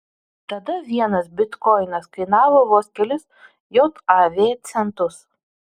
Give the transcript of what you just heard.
tada vienas bitkoinas kainavo vos kelis jav centus